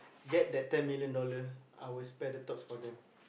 get that ten million dollar I will spare a thought for them